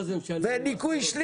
הלוואי.